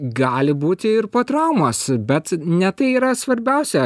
gali būti ir po traumos bet ne tai yra svarbiausia